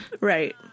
right